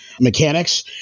mechanics